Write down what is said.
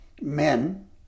men